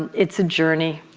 it's a journey,